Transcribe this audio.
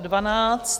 12.